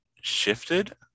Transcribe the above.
shifted